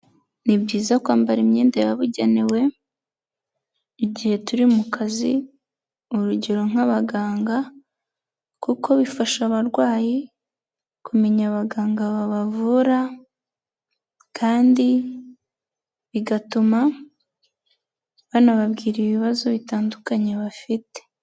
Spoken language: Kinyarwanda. Ni byiza kwambara imyenda yabugenewe, igihe turi mu kazi urugero nk'abaganga, kuko bifasha abarwayi kumenya abaganga babavura kandi bigatuma banababwira ibibazo bitandukanye bafite.